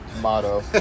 motto